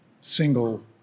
single